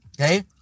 okay